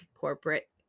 corporate